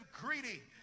greedy